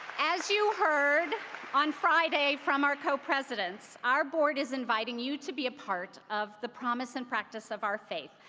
as you heard on friday from our co-presidents, our board is inviting you to be a part of the promise and practice of our faith,